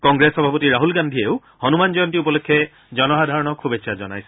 কংগ্ৰেছ সভাপতি ৰাহুল গান্ধীয়েও হনুমান জয়ন্তী উপলক্ষে জনসাধাৰণক শুভেচ্ছা জনাইছে